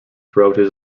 throughout